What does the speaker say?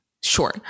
Sure